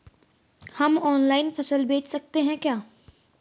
हम ऑनलाइन फसल बेच सकते हैं क्या?